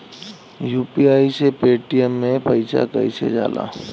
UPI से Paytm मे पैसा कइसे जाला?